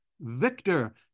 Victor